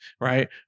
right